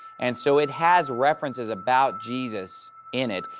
and so it has references about jesus in it,